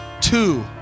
Two